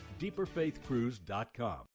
deeperfaithcruise.com